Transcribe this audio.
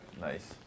nice